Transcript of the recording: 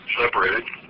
separated